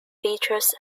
features